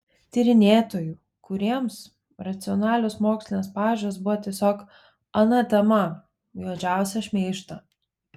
tyrinėtojų kuriems racionalios mokslinės pažiūros buvo tiesiog ana tema juodžiausią šmeižtą